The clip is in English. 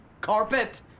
carpet